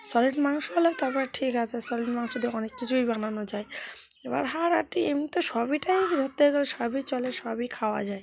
solid মাংস হলে তারপর ঠিক আছে সলিড মাংস দিয়ে অনেক কিছুই বানানো যায় এবার হাড় হাটি এমনিতে সবটাই ধরতে গেলে সবই চলে সবই খাওয়া যায়